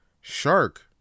shark